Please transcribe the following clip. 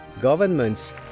governments